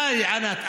די, ענת.